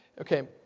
Okay